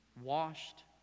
washed